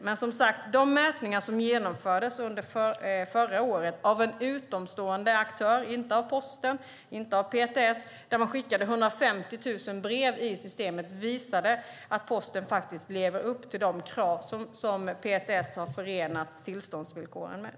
Men som sagt visade de mätningar som genomfördes under förra året av en utomstående aktör - inte Posten eller PTS - som skickade 150 000 brev i systemet att Posten lever upp till de krav som PTS har förenat tillståndsvillkoren med.